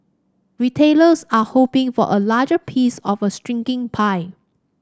retailers are hoping for a larger piece of a shrinking pie